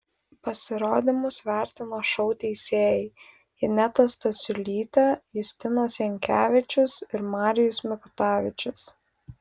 pasirodymus vertino šou teisėjai ineta stasiulytė justinas jankevičius ir marijus mikutavičius